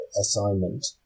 assignment